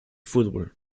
fútbol